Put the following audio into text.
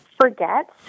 forget